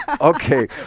okay